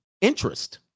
interest